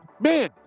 Man